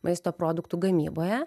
maisto produktų gamyboje